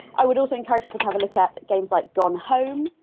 i would also encourage people to have a look at games like gone home,